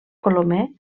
colomer